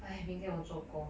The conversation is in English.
哎明天我做工